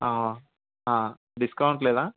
discount లేదా